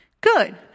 Good